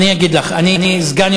אפשר